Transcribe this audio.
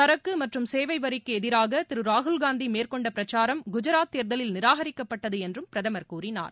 சரக்கு மற்றும் சேவை வரிக்கு எதிராக திரு ராகுல்காந்தி மேற்கொண்ட பிரச்சாரம் குஜராத் தேர்தலில் நிராகரிக்கப்பட்டது என்றும் பிரதமர் கூறினார்